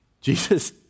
Jesus